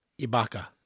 Ibaka